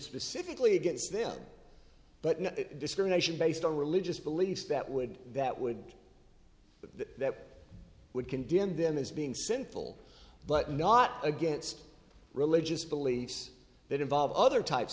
specifically against them but no discrimination based on religious beliefs that would that would that would condemn them as being simple but not against religious beliefs that involve other types